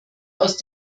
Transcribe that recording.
aus